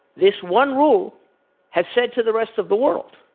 this one rule has said to the rest of the world,